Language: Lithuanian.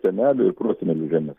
senelių ir prosenelių žemes